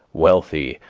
wealthy,